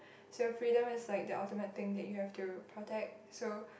so freedom is like the ultimate thing that you have to protect so